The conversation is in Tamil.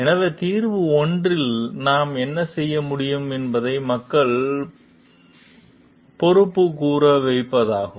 எனவே தீர்வு 1 இல் நாம் என்ன செய்ய முடியும் என்பது மக்களை பொறுப்புக்கூற வைப்பதாகும்